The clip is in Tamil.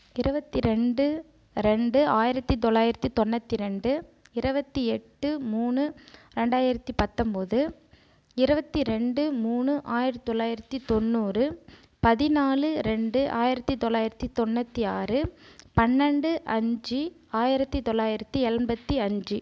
இருபத்திரெண்டு ரெண்டு ஆயிரத்தி தொளாயிரத்தி தொண்ணூற்றி ரெண்டு இருபத்தி எட்டு மூணு ரெண்டாயிரத்தி பத்தொன்பது இருபத்தி ரெண்டு மூணு ஆயிரத் தொளாயிரத்தி தொண்ணூறு பதினாலு ரெண்டு ஆயிரத்தி தொளாயிரத்தி தொண்ணூற்றி ஆறு பன்னினெண்டு அஞ்சு ஆயிரத்தி தொளாயிரத்தி எழுபத்தி அஞ்சு